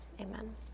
Amen